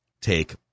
take